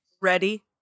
Ready